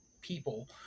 people